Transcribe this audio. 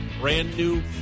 brand-new